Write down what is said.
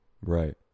Right